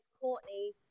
Courtney